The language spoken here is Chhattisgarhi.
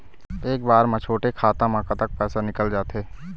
एक बार म छोटे खाता म कतक पैसा निकल जाथे?